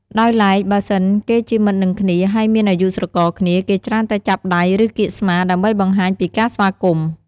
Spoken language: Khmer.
ដោយឡែកបើសិន គេជាមិត្តនឹងគ្មា ហើយមានអាយុស្រករគ្នា គេច្រើនតែចាប់ដៃ ឬ កៀកស្មា ដើម្បីបង្ហាញពីការស្វាគមន៍។